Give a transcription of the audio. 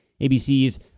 ABC's